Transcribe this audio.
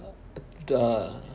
err